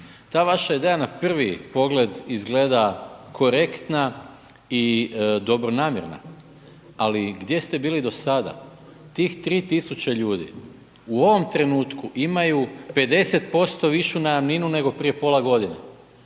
Ta vaša ideja na prvi pogled izgleda korektna i dobronamjerna, ali gdje ste bili do sada? Tih 3.000 ljudi u ovom trenutku imaju 50% višu najamninu nego prije pola godine.